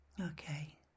Okay